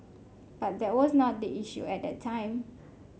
but that was not the issue at that time